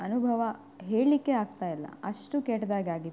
ಅನುಭವ ಹೇಳಲಿಕ್ಕೆ ಆಗ್ತಾಯಿಲ್ಲ ಅಷ್ಟು ಕೆಟ್ಟದಾಗಾಗಿತ್ತು